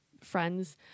friends